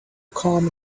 calm